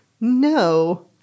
No